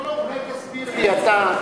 אולי תסביר לי אתה,